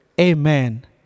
Amen